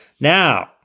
now